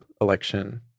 election